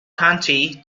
county